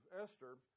Esther